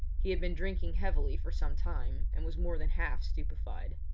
he had been drinking heavily for some time and was more than half stupefied.